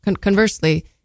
conversely